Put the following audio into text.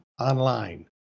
online